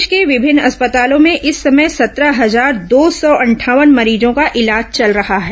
प्रदेश के विभिन्न अस्पतालों में इस समय सत्रह हजार दो सौ अंठावन मरीजों का इलाज चल रहा है